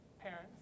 Parents